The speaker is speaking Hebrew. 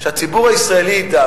שהציבור הישראלי ידע,